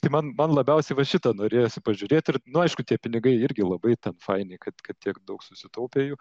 tai man man labiausiai va šitą to norėjosi pažiūrėt ir nu aišku tie pinigai irgi labai faini kad kad tiek daug susitaupė jų